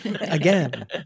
Again